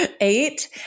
Eight